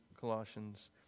Colossians